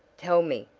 tell me,